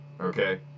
okay